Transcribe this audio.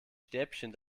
stäbchen